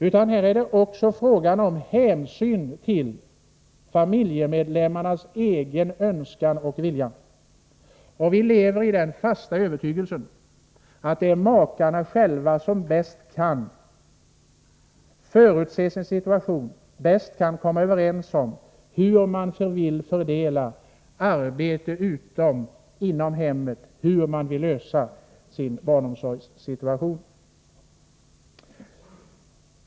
Men det är fråga om hänsyn till varje familjemedlems egen önskan och vilja. Vi lever i den fasta övertygelsen att det är makarna själva som bäst kan förutse sin situation, som bäst kan komma överens om hur de vill fördela arbetet utom och inom hemmet och hur de vill lösa sin barnomsorg.